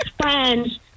friend's